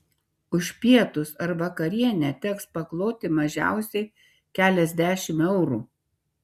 už pietus ar vakarienę teks pakloti mažiausiai keliasdešimt eurų